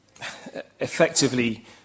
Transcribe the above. effectively